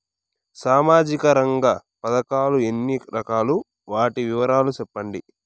సామాజిక రంగ పథకాలు ఎన్ని రకాలు? వాటి వివరాలు సెప్పండి